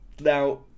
Now